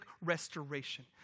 restoration